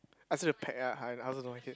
ask you to pack ah I I also don't like it